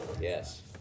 yes